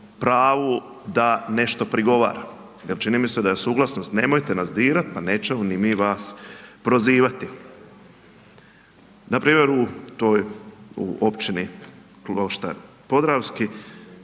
pravu da nešto prigovara. Jer čini mi se da je suglasnost, nemojte nas dirati pa nećemo niti mi vas prozivati. Npr. u toj, u općini Kloštar Podravski,